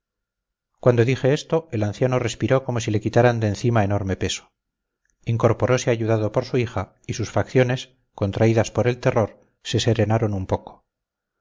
cuando dije esto el anciano respiró como si le quitaran de encima enorme peso incorporose ayudado por su hija y sus facciones contraídas por el terror se serenaron un poco